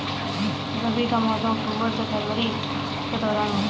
रबी का मौसम अक्टूबर से फरवरी के दौरान होता है